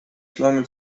schlange